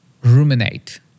ruminate